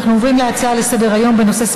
אנחנו עוברים להצעות לסדר-היום בנושא: